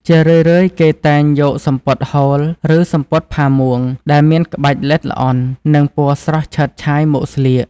ជារឿយៗគេតែងយក សំពត់ហូល ឬ សំពត់ផាមួង ដែលមានក្បាច់ល្អិតល្អន់ និងពណ៌ស្រស់ឆើតឆាយមកស្លៀក។